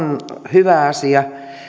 hyvä asia